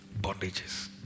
Bondages